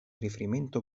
riferimento